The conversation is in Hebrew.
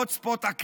הוט ספוט אקלימי,